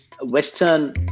Western